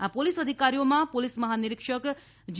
આ પોલીસ અધિકારીઓમાં પોલીસ મહાનિરીક્ષક જી